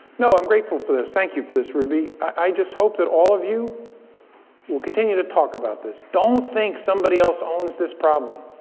no, i'm grateful for this. thank you for this, ruby. i just hope that all of you will continue to talk about this. don't think somebody else owns this problem.